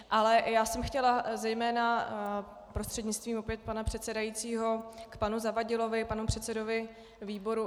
Ale já jsem chtěla zejména také prostřednictvím opět pana předsedajícího k panu Zavadilovi, panu předsedovi výboru.